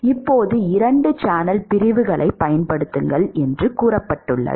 இப்போது 2 சேனல் பிரிவுகளைப் பயன்படுத்துங்கள் என்று கூறப்பட்டுள்ளது